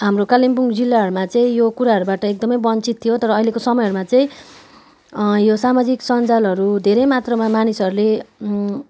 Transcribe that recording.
हाम्रो कालिम्पोङ जिल्लहरूमा चाहिँ यो कुराहरूबाट एकदमै बन्चित थियो तर अहिलेको समयहरूमा चाहिँ यो सामाजिक सञ्जालहरू धेरै मात्रामा मानिसहरूले